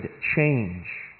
change